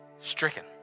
stricken